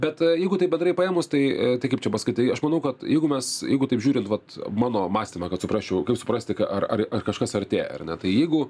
bet jeigu taip bendrai paėmus tai tai kaip čia pasakyt tai aš manau kad jeigu mes jeigu taip žiūrint vat mano mąstymą kad suprasčiau kaip suprasti ką ar ar kažkas artėja ar ne tai jeigu